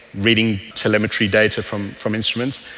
reading telemetry data from from instruments.